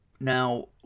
Now